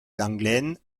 lenglen